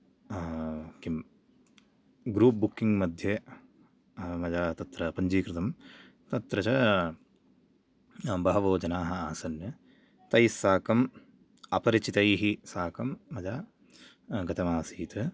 किं group booking मध्ये मया तत्र पञ्जीकृतं तत्र च बहवो जनाः आसन् तैस्साकम् अपरिचितैस्साकं मया गतम् आसीत्